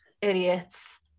idiots